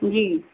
जी